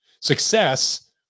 Success